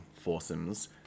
foursomes